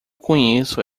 conheço